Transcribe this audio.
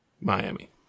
Miami